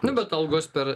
na bet algos per